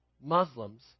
Muslims